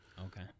Okay